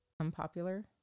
Unpopular